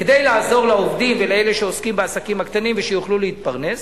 כדי לעזור לעובדים ולאלה שעוסקים בעסקים הקטנים ושיוכלו להתפרנס.